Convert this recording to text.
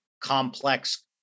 complex